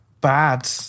bad